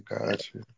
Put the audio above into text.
gotcha